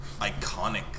iconic